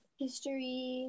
history